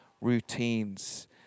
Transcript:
routines